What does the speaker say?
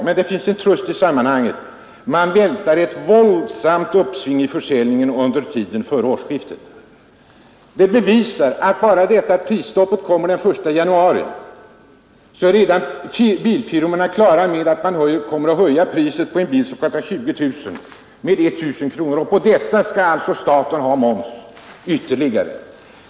Men det finns en liten tröst i sammanhanget — man väntar ett våldsamt uppsving i försäljningen under tiden före årsskiftet.” Bara detta att prisstoppet sätter in den 1 januari gör alltså att bilfirmorna genast är på det klara med att de kommer att höja priset på en 20 000-kronorsbil med 1 000 kronor. Och på detta skall sedan staten ha sin moms.